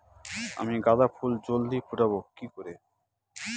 আমি গাঁদা ফুল জলদি ফোটাবো কি করে?